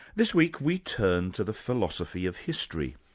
this week we turn to the philosophy of history.